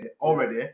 already